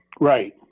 right